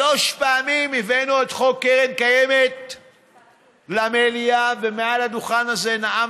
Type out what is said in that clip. שלוש פעמים הבאנו את חוק קרן קיימת למליאה ומעל לדוכן הזה נאמנו,